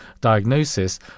diagnosis